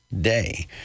day